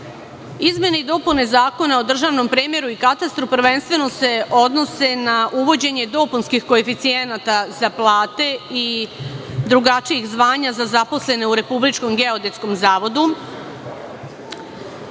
Izmene i dopune Zakona o državnom premeru i katastru prvenstveno se odnose na uvođenje dopunskih koeficijenata za plate i drugačijih zvanja za zaposlene u Republikom geodetskom zavodu,